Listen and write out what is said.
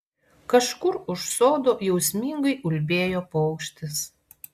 kažkur už sodo jausmingai ulbėjo paukštis